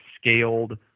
scaled